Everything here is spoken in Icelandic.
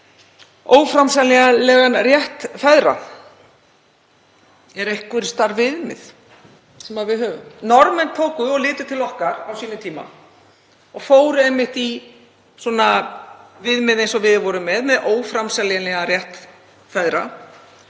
óframseljanlegan rétt feðra? Eru einhvers staðar viðmið sem við höfum? Norðmenn litu til okkar á sínum tíma og fóru einmitt í viðmið eins og við vorum með, með óframseljanlegan rétt feðra.